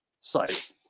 site